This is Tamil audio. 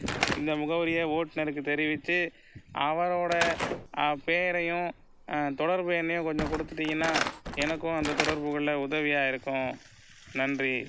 இந்த முகவரியை ஓட்டுநருக்கு தெரிவித்து அவரோட பேரையும் தொடர்பு எண்ணையும் கொஞ்சம் கொடுத்துட்டீங்கனா எனக்கும் அந்த தொடர்பு கொள்ள உதவியாக இருக்கும் நன்றி